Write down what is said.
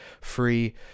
free